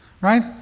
right